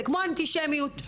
כמו אנטישמיות.